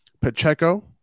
pacheco